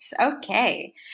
Okay